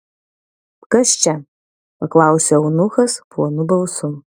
kas čia paklausė eunuchas plonu balsu